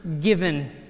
Given